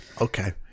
Okay